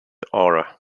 aura